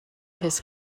his